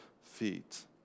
feet